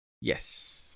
yes